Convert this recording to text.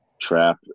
trap